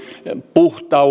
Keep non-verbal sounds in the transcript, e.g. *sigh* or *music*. puhtaus *unintelligible*